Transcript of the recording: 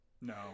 No